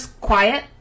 quiet